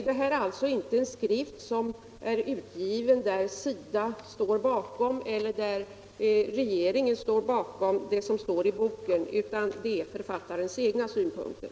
Det är alltså inte så att SIDA eller regeringen står bakom vad som står i boken, utan det är författarens egna synpunkter.